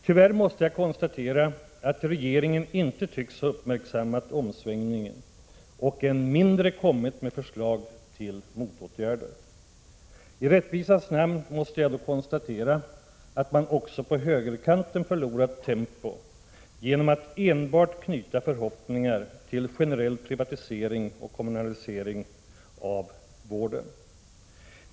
Tyvärr måste jag konstatera att regeringen inte tycks ha uppmärksammat omsvängningen och än mindre kommit med förslag till motåtgärder. I rättvisans namn måste jag också konstatera att man på högerkanten förlorat tempo genom att enbart knyta förhoppningar till generell privatisering och kommersialisering av vården.